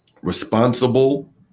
responsible